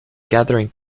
gathering